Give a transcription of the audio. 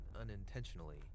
unintentionally